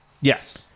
yes